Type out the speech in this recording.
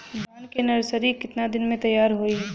धान के नर्सरी कितना दिन में तैयार होई?